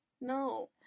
No